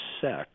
sex